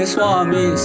Swami